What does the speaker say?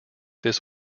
this